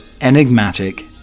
enigmatic